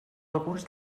alguns